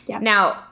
Now